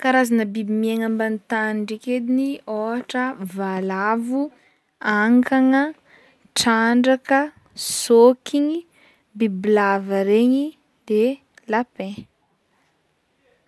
Karazagna biby miaigny ambagny tany ndraiky ediny ôhatra: valavo, ankana, trandraka, sôkiny, bibilava regny, de lapin.